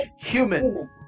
human